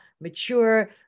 mature